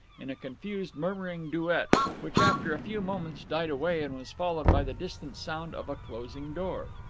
in a confused, murmuring duet which after a few moments died away and was followed by the distant sound of a closing door.